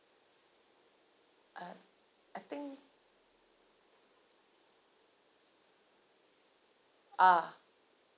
uh I think ah